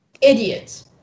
idiots